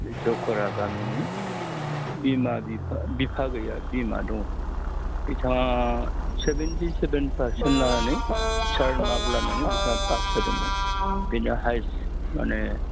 बे जकरा गामिनि बिमा बिफा बिफा गैया बिमा दङ बिथाङा सेभेन्टिसेभेन पार्सेन्ट लानानै स्टार मार्क लानानै बिथाङा पास जादोंमोन बेनो हायेस्ट माने